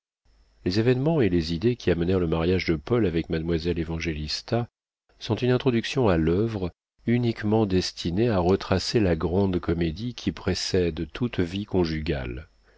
les événements et les idées qui amenèrent le mariage de paul avec mademoiselle évangélista sont une introduction à l'œuvre uniquement destinée à retracer la grande comédie qui précède toute vie conjugale